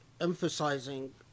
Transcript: emphasizing